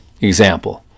Example